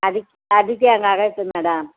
ಅದಕ್ಕೆ ಅದಕ್ಕೇ ಹಂಗಾಗೈತೆ ಮೇಡಮ್